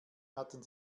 hatten